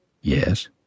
Yes